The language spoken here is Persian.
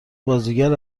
بازیگر